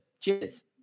cheers